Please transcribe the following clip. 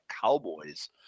Cowboys